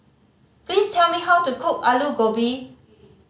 please tell me how to cook Alu Gobi